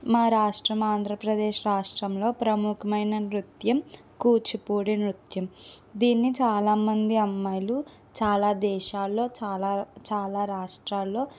మా రాష్ట్రం ఆంధ్రప్రదేశ్ రాష్ట్రంలో ప్రముఖమైన నృత్యం కూచిపూడి నృత్యం దీన్ని చాలా మంది అమ్మాయిలు చాలా దేశాల్లో చాలా చాలా రాష్ట్రాల్లో